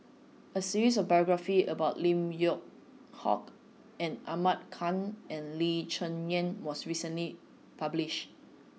a series of biographies about Lim Yew Hock Ahmad Khan and Lee Cheng Yan was recently published